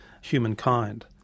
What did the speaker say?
humankind